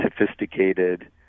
sophisticated